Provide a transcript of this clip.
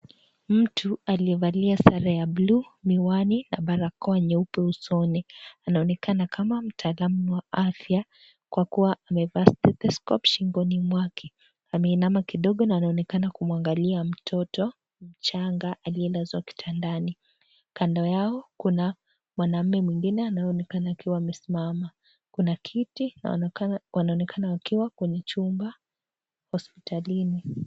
Mtu, aliyevalia sare ya bluu, miwani na barakoa nyeupe usoni, anaonekana kama mtaalamu wa afya kwa kuwa amevaa stethoscope shingoni mwake. Ameinama kidogo na anaonekana kumwangalia mtoto mchanga aliyelazwa kitandani. Kando yao, kuna mwanamume mwingine anayeonekana akiwa amesimama. Kuna kiti na wanaonekana wakiwa kwenye chumba hospitalini.